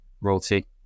royalty